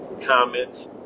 comments